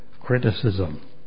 criticism